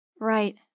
Right